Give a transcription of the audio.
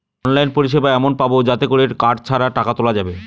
online পরিষেবা এমন পাবো যাতে করে কার্ড ছাড়া টাকা তোলা যাবে